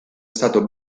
stato